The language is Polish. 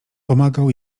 pomagał